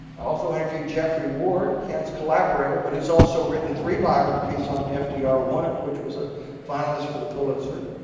i also interviewed jeffrey ward ken's collaborator but who has also written three biographies on fdr one of which was a finalist for the pulitzer.